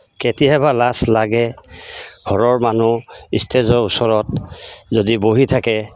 কেতিয়াবা লাজ লাগে ঘৰৰ মানুহ ইষ্টেজৰ ওচৰত যদি বহি থাকে